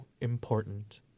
important